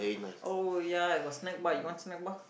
oh ya I got snack bar you want snack bar